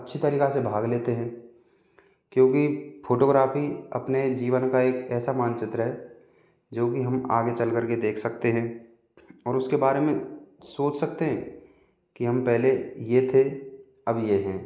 अच्छी तरीक़ा से भाग लेते हैं क्योंकि फोटोग्राफी अपने जीवन का एक ऐसा मानचित्र है जो की हम आगे चल कर के देख सकते हैं और उसके बारे में सोच सकते हैं कि हम पहले यह थे अब ये हैं